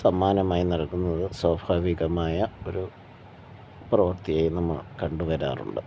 സമ്മാനമായി നൽകുന്നത് സ്വാഭാവികമായ ഒരു പ്രവർത്തിയായി ഇന്ന് നാം കണ്ടു വരാറുണ്ട്